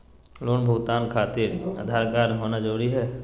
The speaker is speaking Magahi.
लोन भुगतान खातिर आधार कार्ड होना जरूरी है?